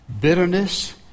bitterness